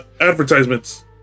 advertisements